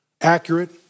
accurate